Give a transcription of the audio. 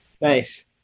Nice